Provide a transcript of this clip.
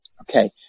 Okay